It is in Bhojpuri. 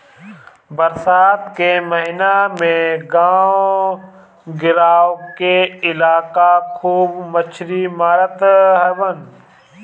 बरसात के महिना में गांव गिरांव के लईका खूब मछरी मारत हवन